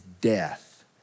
death